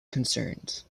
concerns